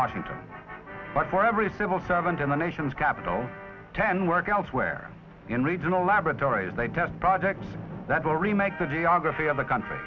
washington but for every civil servant in the nation's capital ten work elsewhere in regional laboratories they test projects that will remake the geography of the country